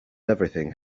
everything